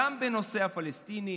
גם בנושא הפלסטיני,